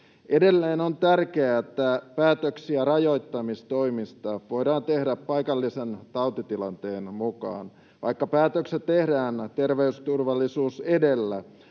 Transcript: Edelleen on tärkeää, että päätöksiä rajoittamistoimista voidaan tehdä paikallisen tautitilanteen mukaan. Vaikka päätökset tehdään terveysturvallisuus edellä,